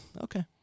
Okay